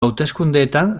hauteskundeetan